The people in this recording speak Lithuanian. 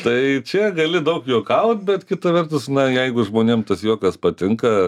tai čia gali daug juokaut bet kita vertus na jeigu žmonėm tas juokas patinka